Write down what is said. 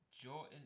Jordan –